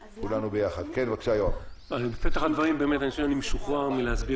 בפתח הדברים, אני חושב שאני משוחרר מלהסביר